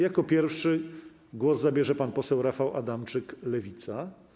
Jako pierwszy głos zabierze pan poseł Rafał Adamczyk, Lewica.